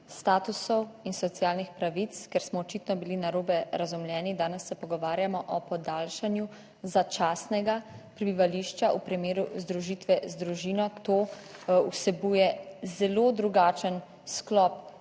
statusov in socialnih pravic, ker smo očitno bili narobe razumljeni. Danes se pogovarjamo o podaljšanju začasnega prebivališča v primeru združitve z družino. To vsebuje zelo drugačen sklop